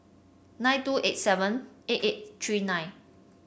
nine two eight seven eight eight three nine